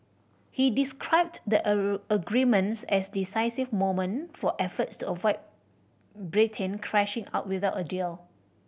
he described the agreements as a decisive moment for efforts to avoid Britain crashing out without a deal